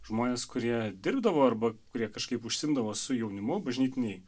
žmonės kurie dirbdavo arba kurie kažkaip užsiimdavo su jaunimu bažnytinėj